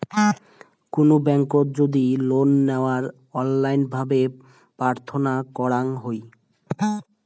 কুনো ব্যাংকোত যদি লোন নেওয়ার অনলাইন ভাবে প্রার্থনা করাঙ হই